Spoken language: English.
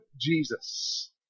Jesus